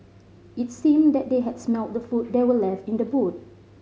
it seemed that they had smelt the food that were left in the boot